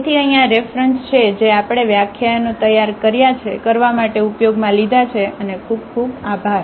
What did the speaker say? તેથી અહીં આ રેફરન્સ છે જે આપણે વ્યાખ્યાનો તૈયાર કરવા માટે ઉપયોગમાં લીધા છે અને ખૂબ ખૂબ આભાર